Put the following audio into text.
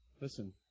listen